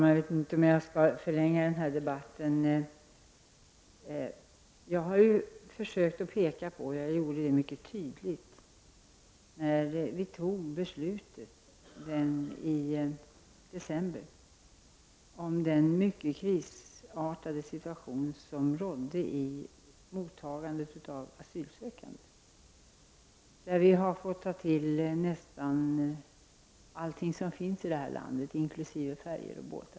Herr talman! Jag har försökt att peka på, och jag gjorde det mycket tydligt när beslutet fattades i december, den mycket krisartade situation som rådde beträffande mottagandet av asylsökande. Vi har fått ta till nästan allt som finns i landet, inkl. färjor och båtar.